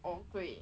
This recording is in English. or grey